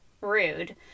rude